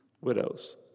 Widows